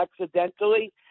accidentally